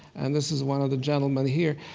and this is one of the gentlemen here.